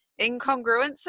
incongruences